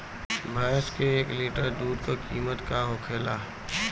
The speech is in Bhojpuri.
भैंस के एक लीटर दूध का कीमत का होखेला?